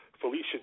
Felicia